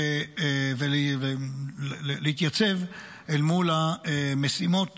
ולהתייצב אל מול המשימות